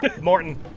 Morton